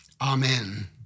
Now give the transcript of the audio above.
Amen